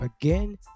Again